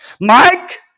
Mike